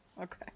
Okay